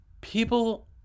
People